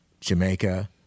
Jamaica